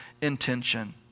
intention